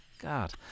God